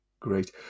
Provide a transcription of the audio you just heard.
Great